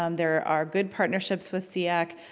um there are good partnerships with seac,